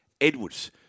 Edwards